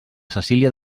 cecília